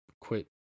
quit